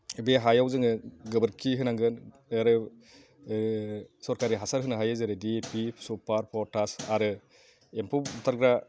बे हायाव जोङो गोबोरखि होनांगोन आरो सोरखारि हासार होनो हायो जेरैबायदि पि सफार पथास आरो एम्फौ बुथारग्रा